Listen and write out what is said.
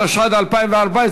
התשע"ד 2014,